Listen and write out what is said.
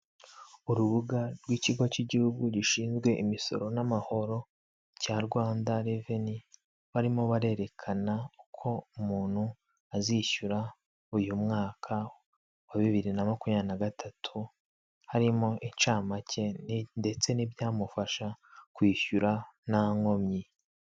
Urubuga rw'ikigo cy'igihugu gishinzwe imisoro n'amahoro cya Rwanda reveni barimo barerekana ko umuntu azishyura uyu mwaka wa bibiri na makumyabiri na gatatu, harimo incamake ndetse n'ibyamufasha kwishyura nta nkomyi.